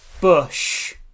Bush